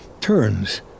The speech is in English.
turns